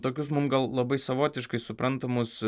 tokius mums gal labai savotiškai suprantamus